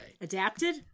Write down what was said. Adapted